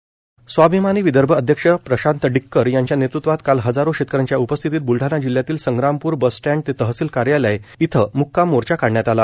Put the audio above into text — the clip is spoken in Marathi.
मोर्चा स्वाभिमानी विदर्भ अध्यक्ष प्रशांत डिक्कर यांच्या नेतृत्वात काल हजारो शेतकऱ्यांच्या उपस्थितीत बुलडाणा जिल्हयातील संग्रामपुर बस स्टँड ते तहसील कार्यालय इथं मुक्काम मोर्चा काढण्यात आला